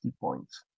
points